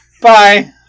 Bye